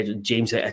James